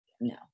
no